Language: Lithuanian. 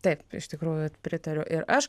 taip iš tikrųjų pritariu ir aš